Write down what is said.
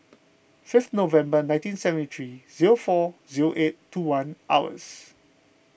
five November nineteen seventy three zero four zero eight two one hours